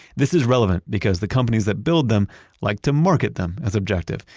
this is relevant because the companies that build them like to market them as objective,